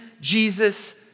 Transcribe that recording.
Jesus